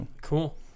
cool